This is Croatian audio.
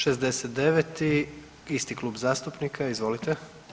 69. isti klub zastupnika, izvolite.